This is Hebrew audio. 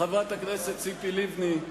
חברת הכנסת ציפי לבני,